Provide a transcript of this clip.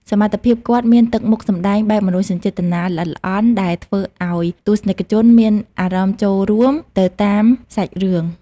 សមត្ថភាព គាត់មានទឹកមុខសម្ដែងបែបមនោសញ្ចេតនាល្អិតល្អន់ ដែលធ្វើឱ្យទស្សនិកជនមានអារម្មណ៍ចូលរួមទៅតាមសាច់រឿង។